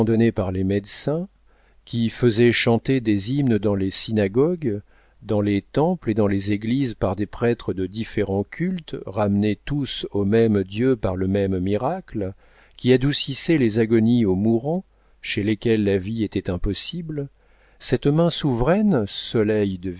par les médecins qui faisait chanter des hymnes dans les synagogues dans les temples et dans les églises par des prêtres de différents cultes ramenés tous au même dieu par le même miracle qui adoucissait les agonies aux mourants chez desquels la vie était impossible cette main souveraine